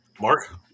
Mark